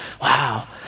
wow